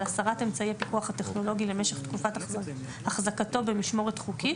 הסרת אמצעי הפיקוח הטכנולוגי למשך תקופת החזקתו במשמורת חוקית.